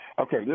Okay